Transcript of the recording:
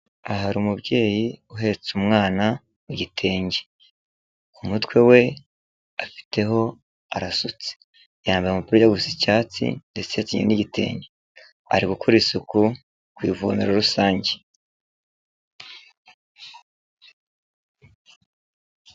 Aha hari umubyeyi uhetse umwana mu gitenge ku mutwe we afiteho arasutse yambaye umupira ujya gusa icyatsi ndetse acyenyeye n'igitenge ari gukora isuku ku ivomero rusange.